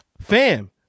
fam